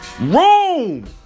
Rome